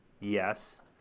yes